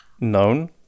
known